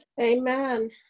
Amen